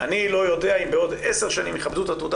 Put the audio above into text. אני לא יודע אם בעוד עשר שנים יכבדו את התעודה